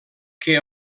que